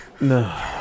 No